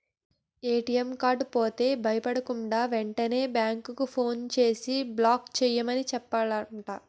ATM card పోతే భయపడకుండా, వెంటనే బేంకుకి ఫోన్ చేసి బ్లాక్ చేయమని చెప్పాలట